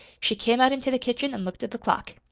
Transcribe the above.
she came out into the kitchen and looked at the clock.